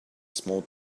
small